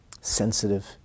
sensitive